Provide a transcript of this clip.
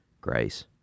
grace